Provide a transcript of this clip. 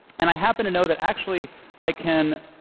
and i happen to know that actually i can,